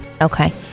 Okay